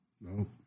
No